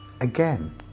Again